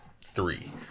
three